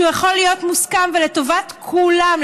שהוא יכול להיות מוסכם ולטובת כולם,